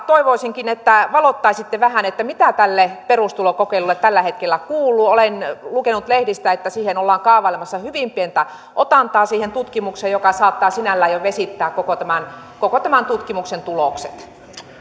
toivoisinkin että valottaisitte vähän mitä tälle perustulokokeilulle tällä hetkellä kuuluu olen lukenut lehdistä että ollaan kaavailemassa hyvin pientä otantaa siihen tutkimukseen mikä saattaa sinällään jo vesittää koko tutkimuksen tulokset